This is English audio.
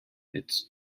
its